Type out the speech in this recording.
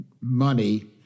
money